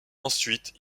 ensuite